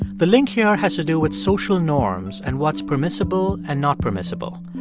the link here has to do with social norms and what's permissible and not permissible.